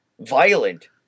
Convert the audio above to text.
violent